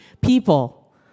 people